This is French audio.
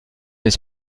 mais